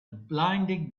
blinding